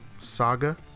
saga